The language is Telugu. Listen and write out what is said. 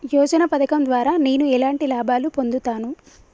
యోజన పథకం ద్వారా నేను ఎలాంటి లాభాలు పొందుతాను?